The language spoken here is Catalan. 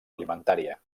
alimentària